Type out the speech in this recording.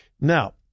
Now